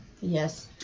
Yes